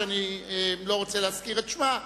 שאני לא רוצה להזכיר את שמה,